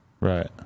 Right